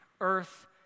earth